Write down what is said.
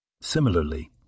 Similarly